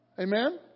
Amen